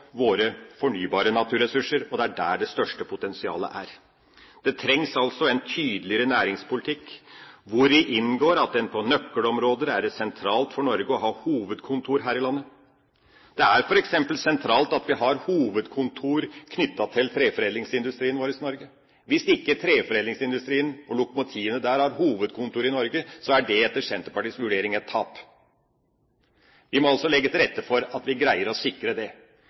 våre naturressurser. Det er der det største potensialet er. Det trengs altså en tydeligere næringspolitikk, hvori inngår at det på nøkkelområder er sentralt for Norge å ha hovedkontor her i landet. Det er f.eks. sentralt at vi har hovedkontor i Norge knyttet til treforedlingsindustrien vår. Hvis ikke treforedlingsindustrien og lokomotivene der har hovedkontor i Norge, er det etter Senterpartiets vurdering et tap. Vi må altså legge til rette for at vi greier å sikre det.